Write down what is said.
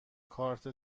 کارت